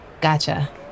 Gotcha